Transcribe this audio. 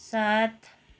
सात